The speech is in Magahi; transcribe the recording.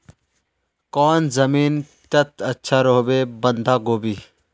कौन जमीन टत अच्छा रोहबे बंधाकोबी?